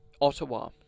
Ottawa